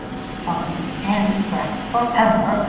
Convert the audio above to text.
fun and freke for ever,